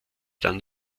dann